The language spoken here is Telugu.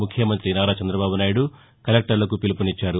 ముఖ్యమంగ్రి నారా చంగ్రదబాబు నాయుడు కలెక్టర్లకు పిలుపునిచ్చారు